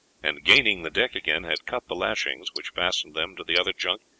and gaining the deck again had cut the lashings which fastened them to the other junk,